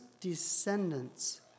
descendants